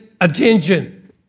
attention